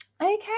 Okay